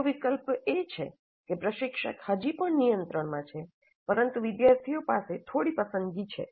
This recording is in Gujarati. બીજો વિકલ્પ એ છે કે પ્રશિક્ષક હજી પણ નિયંત્રણમાં છે પરંતુ વિદ્યાર્થીઓ પાસે થોડી પસંદગી છે